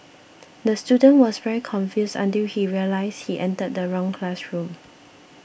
the student was very confused until he realised he entered the wrong classroom